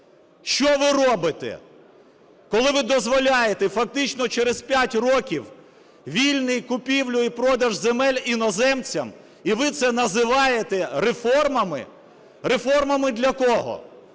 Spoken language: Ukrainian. Що ви робите? Коли ви дозволяєте фактично через 5 років вільні купівлю і продаж земель іноземцям - і ви це називаєте реформами? Реформами для кого?